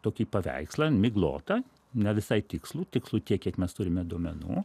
tokį paveikslą miglotą ne visai tikslų tikslų tiek kiek mes turime duomenų